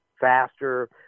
Faster